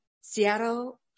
Seattle